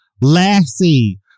Lassie